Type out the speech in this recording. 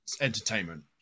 entertainment